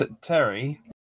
Terry